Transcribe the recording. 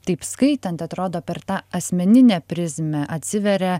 taip skaitant atrodo per tą asmeninę prizmę atsiveria